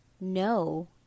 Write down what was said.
no